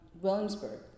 Williamsburg